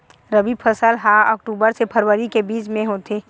रबी फसल हा अक्टूबर से फ़रवरी के बिच में होथे